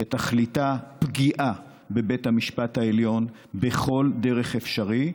שתכליתה פגיעה בבית המשפט העליון בכל דרך אפשרית,